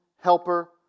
helper